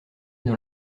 dans